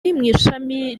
ishami